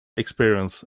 experience